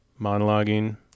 monologuing